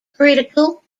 critical